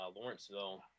Lawrenceville